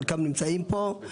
חלקם נמצאים פה,